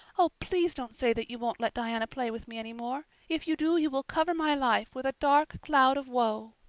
oh, please don't say that you won't let diana play with me any more. if you do you will cover my life with a dark cloud of woe.